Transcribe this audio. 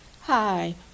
hi